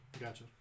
Gotcha